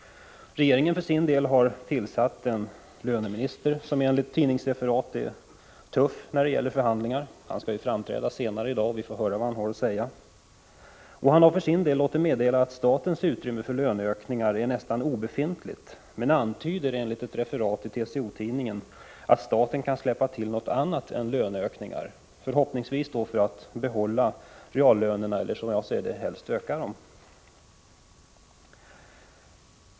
Regeringen har för sin del tillsatt en löneminister, som enligt tidningsreferat är tuff när det gäller förhandlingar. Han skall ju framträda senare i dag, och vi får då höra vad han har att säga. Han har låtit meddela, att statens utrymme för löneökningar är nästan obefintligt, men antyder enligt ett referat i TCO-tidningen att staten kan släppa till något annat än löneökningar, förhoppningsvis då för att behålla reallönerna eller helst, som jag ser det, öka dem.